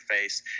face